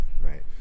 Right